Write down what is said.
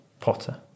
Potter